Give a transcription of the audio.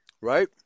right